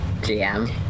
GM